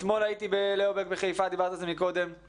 אתמול הייתי בליאו בק בחיפה ואני פשוט